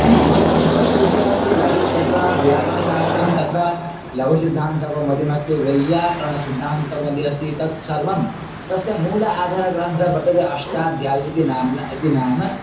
मम सन्तोषविषयः अस्ति लघु तत्र व्याकरणशास्त्रं तत्र लघुसिद्धान्तकौमुदी अस्ति वैयाकरणसिद्धान्तकौमुदी अस्ति तत्सर्वं तस्य मूल आधारग्रन्थं वर्तते अष्टाध्यायी इति नाम्ना इति नाम